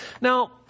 Now